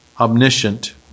omniscient